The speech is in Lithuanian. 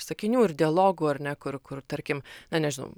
sakinių ir dialogų ar ne kur kur na nežinau